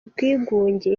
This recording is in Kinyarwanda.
bwigunge